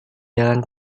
jalan